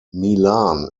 milan